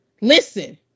listen